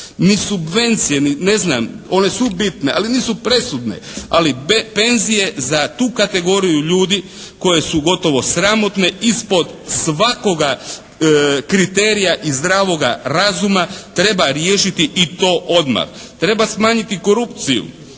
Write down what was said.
ni subvencije, ne znam, one su bitne ali nisu presude. Ali penzije za tu kategoriju ljudi koje su gotovo sramotne ispod svakoga kriterija i zdravoga razuma treba riješiti i to odmah. Treba smanjiti korupciju.